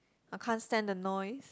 I can't stand the noise